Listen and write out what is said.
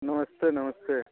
नमस्ते नमस्ते